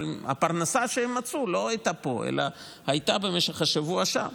אבל הפרנסה שהם מצאו לא הייתה פה אלא הייתה במשך השבוע שם.